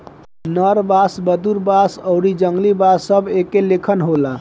नर बांस, वेदुर बांस आउरी जंगली बांस सब एके लेखन होला